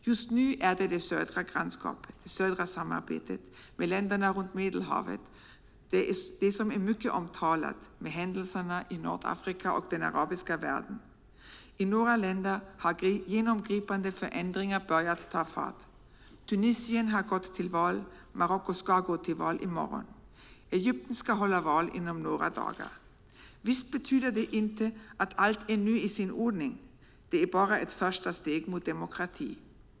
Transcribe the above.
Just nu är det södra samarbetet med länderna runt Medelhavet mycket omtalat i och med händelserna i Nordafrika och den arabiska världen. I några länder har genomgripande förändringar börjat ta fart. Tunisien har gått till val, och Marocko ska gå till val i morgon. Egypten ska hålla val inom några dagar. Visst betyder det inte att allt nu är i ordning; det är bara ett första steg mot en demokrati.